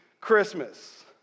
Christmas